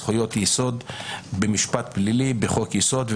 זכויות יסוד במשפט פלילי בחוק יסוד,